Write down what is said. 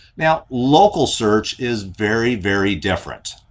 now local search is very, very different.